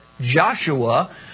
Joshua